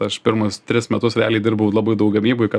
aš pirmus tris metus realiai dirbau labai daug gamyboj kad